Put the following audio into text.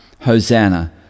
hosanna